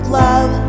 love